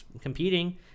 Competing